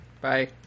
Bye